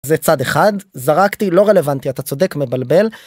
זה צד אחד זרקתי לא רלוונטי אתה צודק מבלבל.